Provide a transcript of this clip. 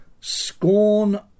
Scorn